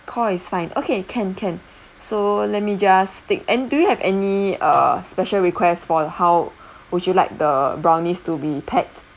call is fine okay can can so let me just take and do you have any err special requests for how would you like the brownies to be packed